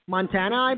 Montana